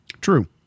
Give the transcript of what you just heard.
True